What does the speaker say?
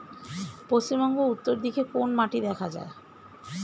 পশ্চিমবঙ্গ উত্তর দিকে কোন মাটি দেখা যায়?